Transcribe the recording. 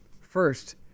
first